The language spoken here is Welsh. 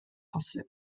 posib